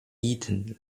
eaton